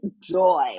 joy